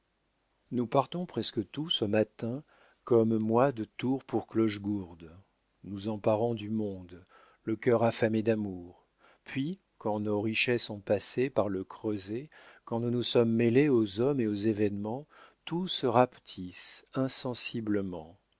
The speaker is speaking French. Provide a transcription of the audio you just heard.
nous partons presque tous au matin comme moi de tours pour clochegourde nous emparant du monde le cœur affamé d'amour puis quand nos richesses ont passé par le creuset quand nous nous sommes mêlés aux hommes et aux événements tout se rapetisse insensiblement